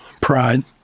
Pride